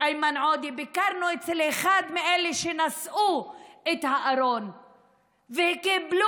איימן עודה ביקרנו אצל אחד מאלה שנשאו את הארון וקיבלו